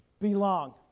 belong